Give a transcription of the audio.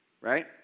right